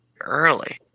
early